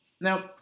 Now